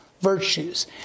virtues